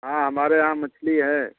हाँ हमारे यहाँ मछली है